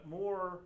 more